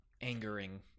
angering